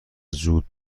زود